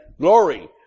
Glory